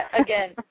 Again